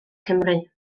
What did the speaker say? cymru